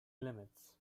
limits